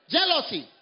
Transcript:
Jealousy